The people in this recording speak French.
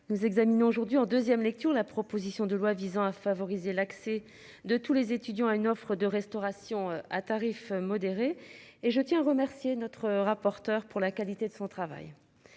Nous examinons aujourd'hui en 2ème lecture la proposition de loi visant à favoriser l'accès de tous les étudiants à une offre de restauration à tarifs modérés et je tiens à remercier notre rapporteur pour la qualité de son travail.